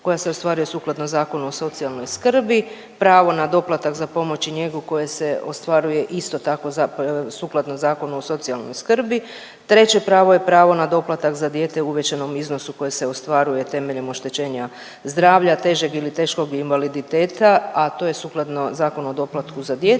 koja se ostvaruje sukladno Zakonu o socijalnoj skrbi, pravo na doplatak za pomoć i njegu koja se ostvaruje isto tako, sukladno Zakonu o socijalnoj skrbi, treće pravo je pravo na doplatak za dijete u uvećanom iznosu koje se ostvaruje temeljem oštećenja zdravlja, težeg ili teškog invaliditeta, a to je sukladno Zakonu o doplatku za djecu